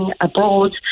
abroad